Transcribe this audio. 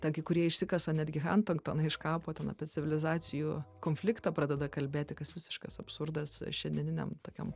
ten kai kurie išsikasa netgi hanktenktoną iš kapo ten apie civilizacijų konfliktą pradeda kalbėti kas visiškas absurdas šiandieniniam tokiam